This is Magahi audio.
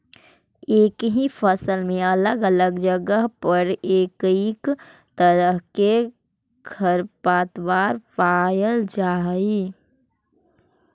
एक ही फसल में अलग अलग जगह पर कईक तरह के खरपतवार पायल जा हई